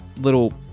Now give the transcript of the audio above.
little